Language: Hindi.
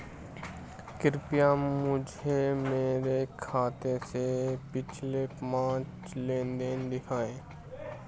कृपया मुझे मेरे खाते से पिछले पांच लेनदेन दिखाएं